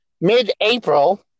mid-April